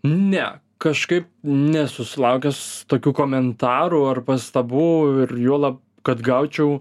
ne kažkaip nesu sulaukęs tokių komentarų ar pastabų ir juolab kad gaučiau